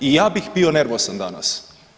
I ja bih bio nervozan danas.